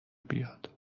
بیاد